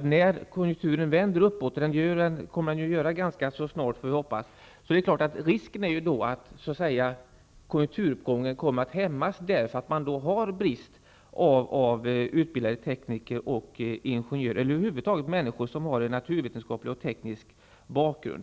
Men när konjunkturen vänder uppåt, och det får vi hoppas att den kommer att göra ganska så snart, finns risken att konjunkturuppgången kommer att hämmas därför att det råder brist på utbildade tekniker, ingenjörer och över huvud taget människor som har en naturvetenskaplig och teknisk bakgrund.